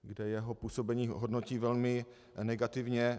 Kde jeho působení hodnotí velmi negativně.